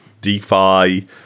DeFi